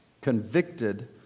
convicted